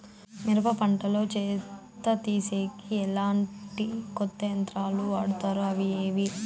మిరప పంట లో చెత్త తీసేకి ఎట్లాంటి కొత్త యంత్రాలు వాడుతారు అవి ఏవి?